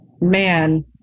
man